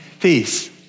peace